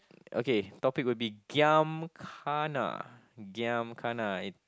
okay topic will be giam kana giam kana